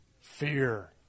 fear